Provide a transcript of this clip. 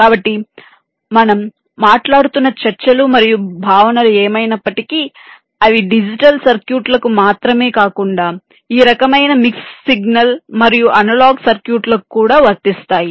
కాబట్టి మనం మాట్లాడుతున్న చర్చలు మరియు భావనలు ఏమైనప్పటికీ అవి డిజిటల్ సర్క్యూట్లకు మాత్రమే కాకుండా ఈ రకమైన మిక్స్ సిగ్నల్ మరియు అనలాగ్ సర్క్యూట్లకు కూడా వర్తిస్తాయి